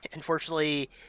Unfortunately